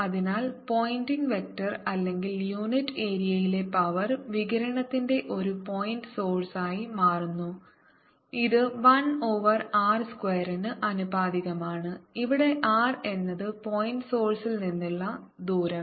അതിനാൽ Poynting vector അല്ലെങ്കിൽ unit ഏരിയയിലെ പവർ വികിരണത്തിന്റെ ഒരു പോയിന്റ് സോഴ്സ് ആയി മാറുന്നു ഇത് 1 ഓവർ r സ്ക്വയറിന് ആനുപാതികമാണ് ഇവിടെ r എന്നത് പോയിന്റ് സോഴ്സ് ൽ നിന്നുള്ള ദൂരം